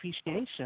appreciation